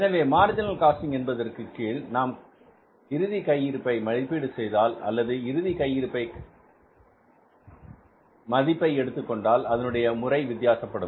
எனவே marginal costing என்பதற்கு கீழ் நாம் இறுதி கையிருப்பை மதிப்பீடு செய்தால் அல்லது இறுதி கையிருப்பை கையிருப்பில் மதிப்பு எடுத்துக்கொண்டால் அதனுடைய முறை வித்தியாசப்படும்